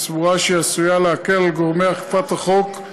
וסבורה שהיא עשויה להקל על גורמי אכיפת החוק את